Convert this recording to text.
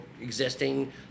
existing